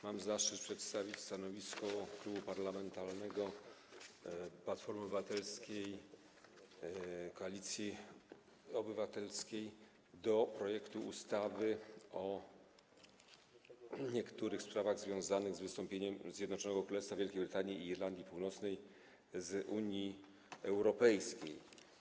Mam zaszczyt przedstawić stanowisko Klubu Parlamentarnego Platforma Obywatelska - Koalicja Obywatelska w sprawie projektu ustawy o uregulowaniu niektórych spraw związanych z wystąpieniem Zjednoczonego Królestwa Wielkiej Brytanii i Irlandii Północnej z Unii Europejskiej.